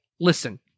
listen